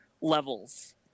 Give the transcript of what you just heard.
levels